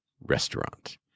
restaurant